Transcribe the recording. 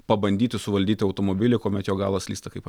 pabandyti suvaldyti automobilį kuomet jo galas slysta kaip